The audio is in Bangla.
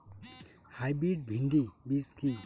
হাইব্রিড ভীন্ডি বীজ কি?